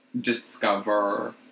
discover